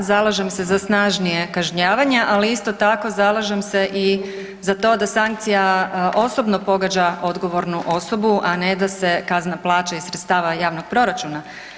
Da, zalažem se za snažnije kažnjavanje, ali isto tako, zalažem se i za to da sankcija osobno pogađa odgovornu osobu, a ne da se kazna plaća iz sredstava javnog proračuna.